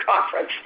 Conference